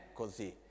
così